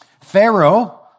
Pharaoh